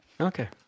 Okay